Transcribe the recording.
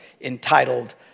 entitled